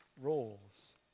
roles